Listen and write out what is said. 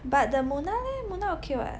but the Mona leh Mona okay [what]